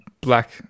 black